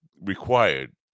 required